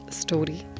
story